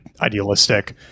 idealistic